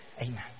Amen